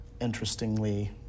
interestingly